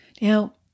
Now